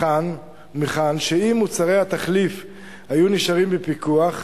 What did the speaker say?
מכאן שאם מוצרי התחליף היו נשארים בפיקוח,